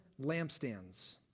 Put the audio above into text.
lampstands